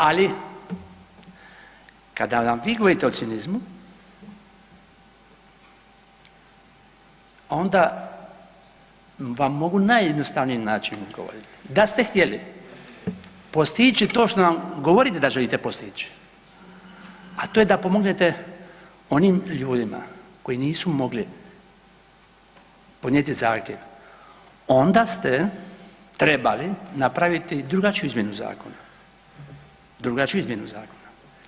Ali kada nam vi govorite o cinizmu onda vam mogu na najjednostavniji način odgovoriti da ste htjeli postići to što nam govorite da želite postići, a to je da pomognete onim ljudima koji nisu mogli podnijeti zahtjev onda ste trebali napravili drugačiju izmjenu zakona, drugačiju izmjenu zakona.